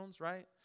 Right